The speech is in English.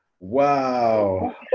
Wow